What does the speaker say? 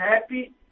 Happy